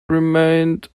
remained